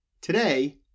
Today